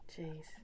Jeez